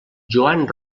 joan